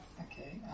okay